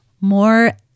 More